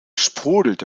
sprudelte